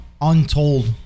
untold